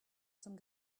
some